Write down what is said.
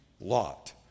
Lot